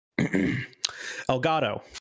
Elgato